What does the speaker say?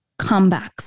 comebacks